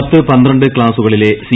പത്ത് പന്ത്രണ്ട് ക്ലാസുകളിലെ സി